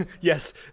Yes